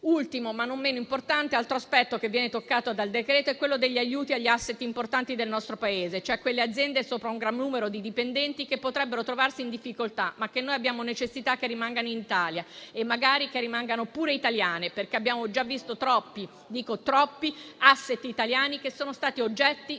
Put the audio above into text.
Ultimo, ma non meno importante aspetto che viene toccato dal decreto-legge è quello degli aiuti agli *asset* importanti del nostro Paese, cioè quelle aziende con un grande numero di dipendenti che potrebbero trovarsi in difficoltà, ma che noi abbiamo necessità che rimangano in Italia e magari che rimangano anche italiane, perché abbiamo già visto troppi *asset* italiani essere oggetto